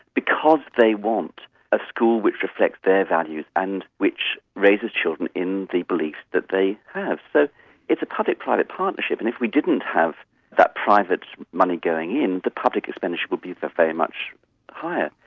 because they want a school which reflects their values and which raises children in the belief that they have. so it's a public-private partnership, and if we didn't have that private money going in, the public expenditure would be very much higher.